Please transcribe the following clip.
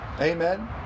Amen